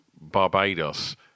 Barbados